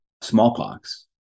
smallpox